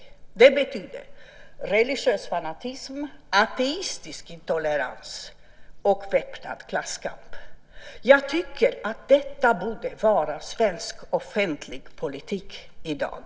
Det betyder religiös fanatism, ateistisk intolerans och väpnad klasskamp. Jag tycker att detta borde vara svensk offentlig politik i dag.